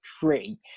three